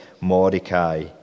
Mordecai